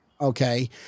Okay